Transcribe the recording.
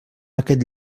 aquest